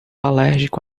alérgico